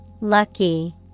Lucky